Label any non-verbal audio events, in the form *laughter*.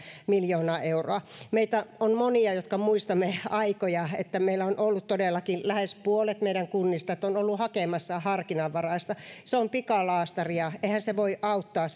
miljoonaa euroa meitä on monia jotka muistamme aikoja jolloin meillä on ollut todellakin lähes puolet kunnista hakemassa harkinnanvaraista se on pikalaastaria eihän se voi auttaa *unintelligible*